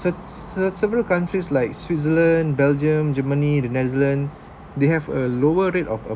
se~ several countries like switzerland belgium germany the netherlands they have a lower rate of